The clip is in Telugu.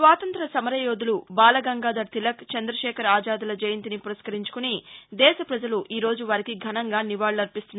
స్వాతంత్ర్య సమరయోధులు బాలగంగాధర తిలక్ చంద్రశేఖర్ ఆజాద్ల జయంతిని పురస్కరించుకుని దేశ ప్రజలు ఈరోజు వారికి ఘనంగా నివాళులర్పిస్తున్నారు